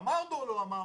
אמרנו או לא אמרנו?